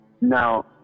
Now